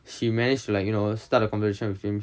he managed to like you know start a conversation with him